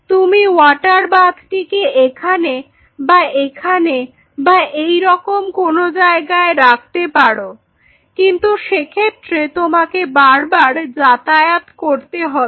তুমি ওয়াটার বাথটিকে এখানে বা এখানে বা এইরকম কোন জায়গায় রাখতে পারো কিন্তু সেক্ষেত্রে তোমাকে বারবার যাতায়াত করতে হবে